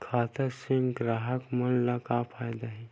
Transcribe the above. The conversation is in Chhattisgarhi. खाता से ग्राहक मन ला का फ़ायदा हे?